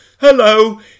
Hello